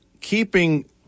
keeping